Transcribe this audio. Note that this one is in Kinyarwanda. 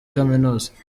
kaminuza